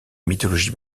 mythologie